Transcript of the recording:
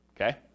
okay